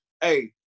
hey